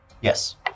Yes